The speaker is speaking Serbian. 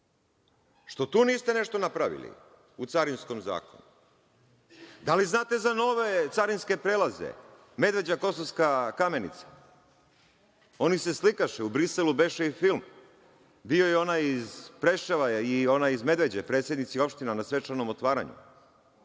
Što tu niste nešto napravili, u Carinskom zakonu? Da li znate za nove carinske prelaze – Medveđa-Kosovska Kamenica? Oni se slikaše, u Briselu beše i film. Bio je onaj iz Preševa i onaj iz Medveđe, predsednici opština, na svečanom otvaranju.